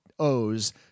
O's